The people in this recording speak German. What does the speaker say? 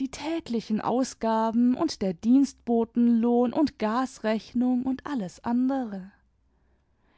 die täglichen ausgaben und der dienstbotenlohn und gasrechnung und alles andere